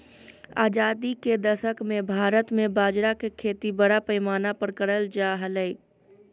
आजादी के दशक मे भारत मे बाजरा के खेती बड़ा पैमाना पर करल जा हलय